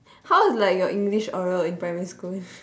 how was like your english oral in primary school